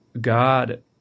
God